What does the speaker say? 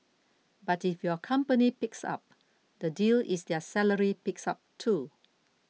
but if your company picks up the deal is their salary picks up too